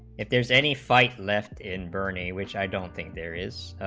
if there's any five left in burning which i don't think there is,